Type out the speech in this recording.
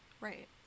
Right